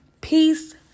peace